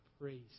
praise